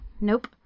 Nope